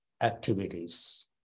activities